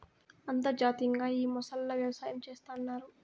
అంతర్జాతీయంగా ఈ మొసళ్ళ వ్యవసాయం చేస్తన్నారు